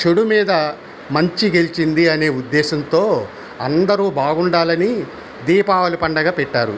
చెడు మీద మంచి గెలిచింది అనే ఉద్దేశంతో అందరూ బాగుండాలని దీపావళి పండగ పెట్టారు